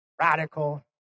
radical